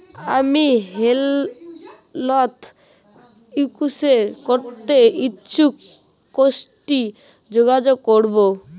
আমি health insurance করতে ইচ্ছুক কথসি যোগাযোগ করবো?